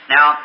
Now